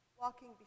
walking